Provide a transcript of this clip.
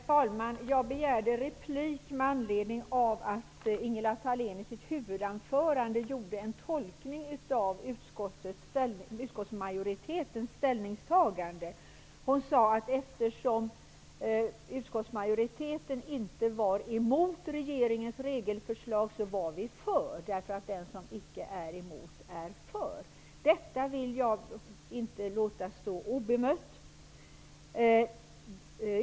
Herr talman! Jag begärde replik med anledning av att Ingela Thalén i sitt huvudanförande gjorde en tolkning av utskottsmajoritetens ställningstagande. Hon sade att eftersom utskottsmajoriteten inte var emot regeringens regelförslag var vi för -- den som icke är emot är för. Detta vill jag inte låta förbli obemött.